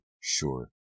Sure